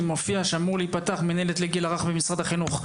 מופיע שאמור להיפתח מנהלת לגיל הרך ממשרד החינוך.